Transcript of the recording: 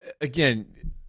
again